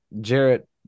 Jarrett